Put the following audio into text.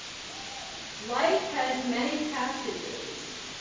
life has many passages,